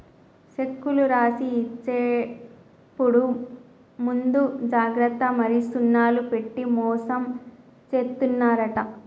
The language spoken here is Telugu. సెక్కులు రాసి ఇచ్చేప్పుడు ముందు జాగ్రత్త మరి సున్నాలు పెట్టి మోసం జేత్తున్నరంట